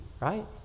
right